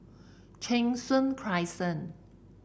Cheng Soon Crescent